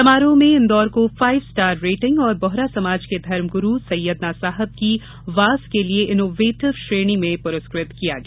समारोह में इंदौर को फाइव स्टार रेटिंग और बोहरा समाज के धर्मग्रु सैयदना साहब की वाअज के लिए इनोवेटिव श्रेणी में पुरस्कृत किया गया